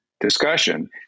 discussion